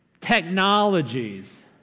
technologies